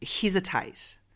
hesitate